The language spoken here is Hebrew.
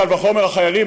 קל וחומר החיילים,